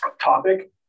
topic